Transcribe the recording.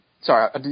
sorry